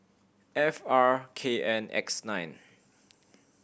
F R K N X nine